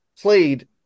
played